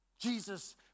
Jesus